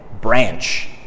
branch